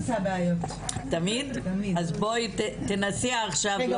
ואיזשהו ערך להליך טיפולי שכנראה אולי הוא צריך לעבור.